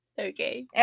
Okay